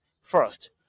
first